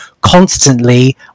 constantly